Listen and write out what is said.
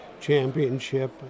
Championship